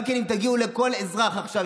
גם אם תגיעו לכל אזרח עכשיו,